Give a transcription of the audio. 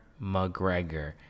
McGregor